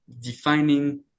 defining